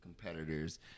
competitors